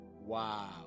Wow